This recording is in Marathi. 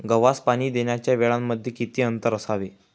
गव्हास पाणी देण्याच्या वेळांमध्ये किती अंतर असावे?